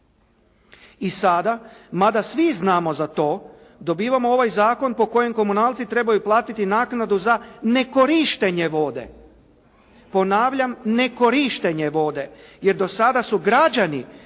I sada mada svi znamo za to, dobivamo ovaj zakon po kojem komunalci trebaju platiti naknadu za nekorištenje vode. Ponavljam, nekorištenje vode jer do sada su građani